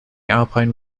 alpine